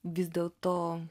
vis dėl to